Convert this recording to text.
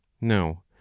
no